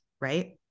right